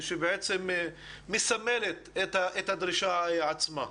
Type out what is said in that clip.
שבעצם מסמלת את הדרישה עצמה.